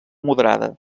moderada